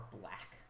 black